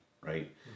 right